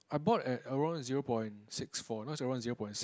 I bought at around zero point six four now it's around zero point seven